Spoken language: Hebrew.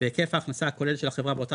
והיקף ההכנסות הכולל של החברה באותה